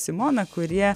simona kurie